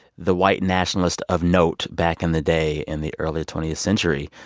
the white nationalist of note back in the day in the early twentieth century,